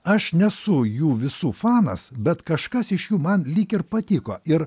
aš nesu jų visų fanas bet kažkas iš jų man lyg ir patiko ir